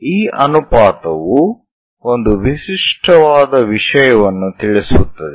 ಈ ಅನುಪಾತವು ಒಂದು ವಿಶಿಷ್ಟವಾದ ವಿಷಯವನ್ನು ತಿಳಿಸುತ್ತದೆ